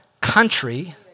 country